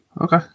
Okay